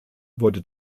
wurde